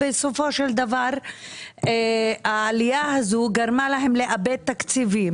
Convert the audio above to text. ובסופו של דבר העלייה הזאת גרמה להם לאבד תקציבים,